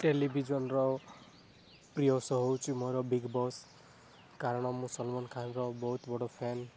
ଟେଲିଭିଜନ୍ର ପ୍ରିୟ ଶୋ ହେଉଛି ମୋର ବିଗବସ୍ କାରଣ ମୁଁ ସଲମନ ଖାନର ବହୁତ ବଡ଼ ଫ୍ୟାନ୍